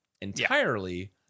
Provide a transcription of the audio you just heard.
entirely